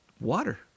water